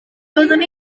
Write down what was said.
doeddwn